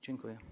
Dziękuję.